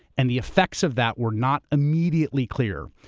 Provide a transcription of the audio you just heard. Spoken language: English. and the effects of that were not immediately clear.